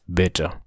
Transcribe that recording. better